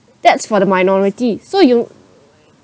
that's for the minority so you